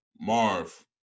Marv